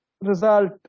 result